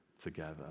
together